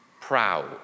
Proud